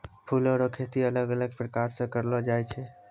फूलो रो खेती अलग अलग प्रकार से करलो जाय छै